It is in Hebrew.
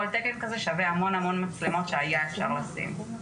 כל תקן כזה שווה המון המון מצלמות שהיה אפשר לשים.